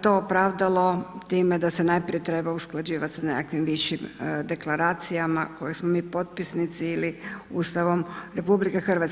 to opravdalo time da se najprije treba usklađivati sa nekakvim višim deklaracijama koje smo mi potpisnici ili Ustavom RH.